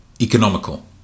economical